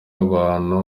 abantu